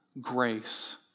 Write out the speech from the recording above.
grace